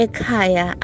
Ekaya